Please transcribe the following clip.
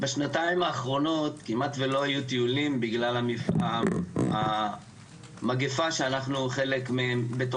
בשנתיים האחרונות כמעט ולא היו טיולים בגלל המגיפה שאנחנו חלקית בתוכה.